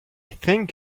think